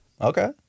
Okay